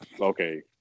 okay